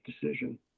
decision